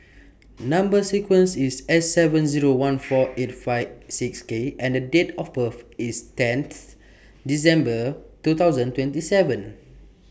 Number sequence IS S seven Zero one four eight five six K and The Date of birth IS tenth December two thousand twenty seven